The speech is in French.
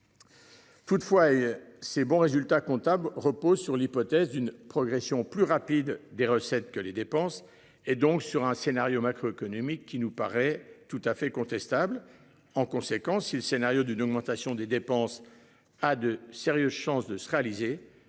Toutefois, ces bons résultats comptables repose sur l'hypothèse d'une progression plus rapide des recettes que les dépenses et donc sur un scénario macroéconomique qui nous paraît tout à fait contestable. En conséquence si le scénario d'une augmentation des dépenses, a de sérieuses chances de se réaliser,